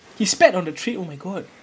he spat on the train oh my god